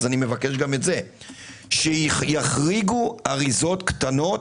אני מבקש גם שיחריגו אריזות קטנות,